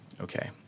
Okay